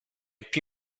più